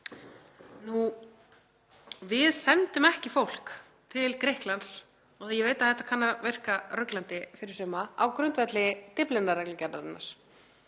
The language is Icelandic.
Við sendum ekki fólk til Grikklands, og ég veit að þetta kann að virka ruglandi fyrir suma, á grundvelli Dyflinnarreglugerðarinnar.